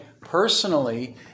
personally